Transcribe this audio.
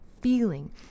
feeling